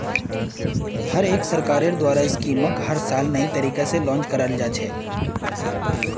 हर एक सरकारेर द्वारा स्कीमक हर साल नये तरीका से लान्च कराल जा छे